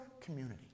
community